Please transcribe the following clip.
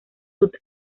sud